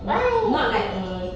why